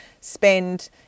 spend